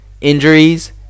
injuries